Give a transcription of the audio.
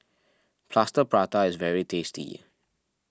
Plaster Prata is very tasty